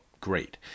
great